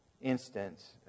instance